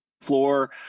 floor